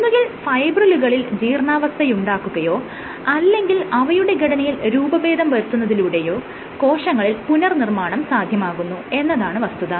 ഒന്നുകിൽ ഫൈബ്രിലുകളിൽ ജീർണ്ണാവസ്ഥയുണ്ടാക്കുകയോ അല്ലെങ്കിൽ അവയുടെ ഘടനയിൽ രൂപഭേദം വരുത്തുന്നതിലൂടെയോ കോശങ്ങളിൽ പുനർനിർമ്മാണം സാധ്യമാകുന്നു എന്നതാണ് വസ്തുത